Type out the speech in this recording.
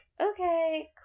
okay